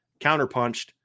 counterpunched